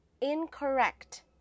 incorrect